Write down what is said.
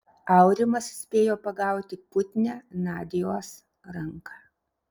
aurimas spėjo pagaut putnią nadios ranką